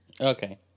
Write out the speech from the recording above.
okay